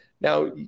Now